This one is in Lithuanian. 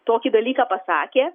tokį dalyką pasakė